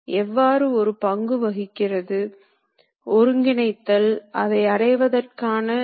work piece rectilinear இயக்கத்தைக் கொண்டுள்ளது